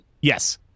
Yes